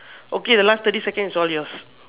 okay the last thirty seconds is all yours